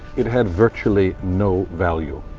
it had virtually no value.